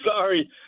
sorry